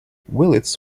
willits